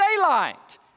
daylight